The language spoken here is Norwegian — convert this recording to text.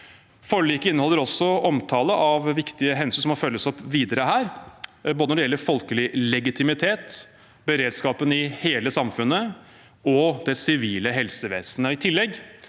Forliket inneholder også omtale av viktige hensyn som må følges opp videre her, når det gjelder både folkelig legitimitet, beredskapen i hele samfunnet og det sivile helsevesenet. I tillegg